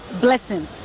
blessing